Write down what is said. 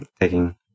taking